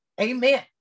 Amen